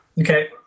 Okay